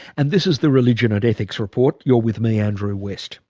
and this is the religion and ethics report. you're with me, andrew west